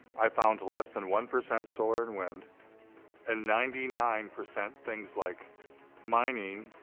i found less than one percent solar and wind and ninety nine percent things like mining,